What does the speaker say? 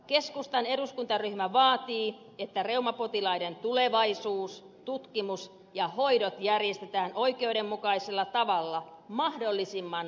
keskustan eduskuntaryhmä vaatii että reumapotilaiden tulevaisuus tutkimus ja hoidot järjestetään oikeudenmukaisella tavalla mahdollisimman nopeasti